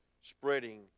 spreading